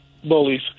bullies